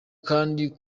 kandi